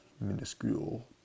minuscule